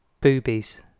boobies